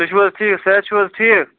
تُہۍ چھُۄ حظ ٹھیٖک صحت چھُو حظ ٹھیٖک